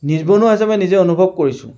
নিবনুৱা হিচাপে নিজে অনুভৱ কৰিছোঁ